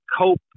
cope